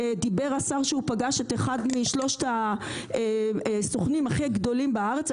דיבר השר שהוא פגש את אחד משלושת הסוכנים הכי גדולים בארץ.